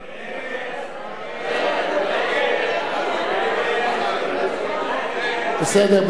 הצעת סיעת העבודה להביע אי-אמון בממשלה